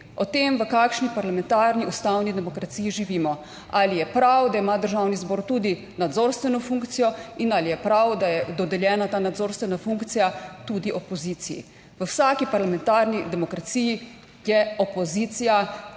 o tem, v kakšni parlamentarni ustavni demokraciji živimo. Ali je prav, da ima državni zbor tudi nadzorstveno funkcijo? In ali je prav, da je dodeljena ta nadzorstvena funkcija tudi opoziciji? V vsaki parlamentarni demokraciji je opozicija na mestu za